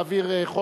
גם מאיר שטרית,